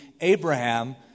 Abraham